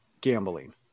gambling